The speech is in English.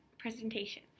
presentation